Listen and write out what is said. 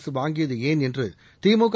அரசு வாங்கியது ஏன் என்று திமுக